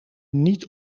niet